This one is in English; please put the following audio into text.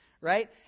right